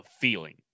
feeling